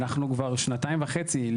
אנחנו כבר שנתיים וחצי,